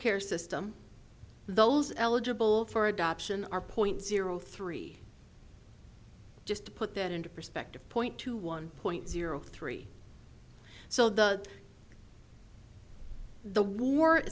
care system those eligible for adoption are point zero three just to put that into perspective point two one point zero three so the the war